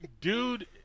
Dude